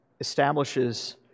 establishes